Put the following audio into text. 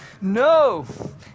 No